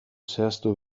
zehaztu